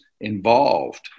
involved